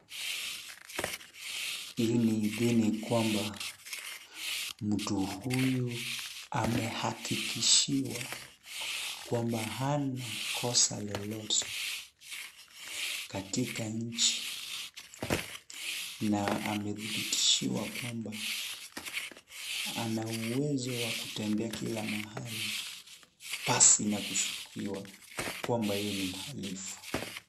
Hii ni idhini kwamba mtu huyu amehakikishiwa kwamba hana kosa lolote katika nchi na amethibitishiwa kwamba ana uwezo wa kutembea kila mahali, pasi na kushukiwa kuwa yeye ni mhalifu.